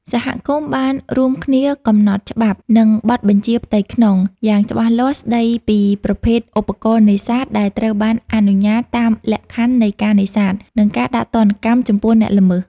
សហគមន៍បានរួមគ្នាកំណត់ច្បាប់ និងបទបញ្ជាផ្ទៃក្នុង យ៉ាងច្បាស់លាស់ស្ដីពីប្រភេទឧបករណ៍នេសាទដែលត្រូវបានអនុញ្ញាតតាមលក្ខខណ្ឌនៃការនេសាទ និងការដាក់ទណ្ឌកម្មចំពោះអ្នកល្មើស។